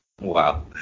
Wow